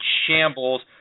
shambles